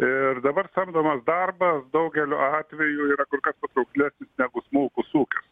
ir dabar samdomas darbas daugeliu atvejų yra kur kas patrauklesnis negu smulkus ūkis